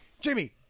Jimmy